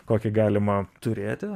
kokį galima turėti